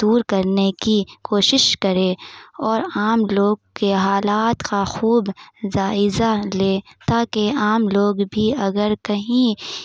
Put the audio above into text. دور کرنے کی کوشش کرے اور عام لوگ کے حالات کا خوب جائزہ لے تاکہ عام لوگ بھی اگر کہیں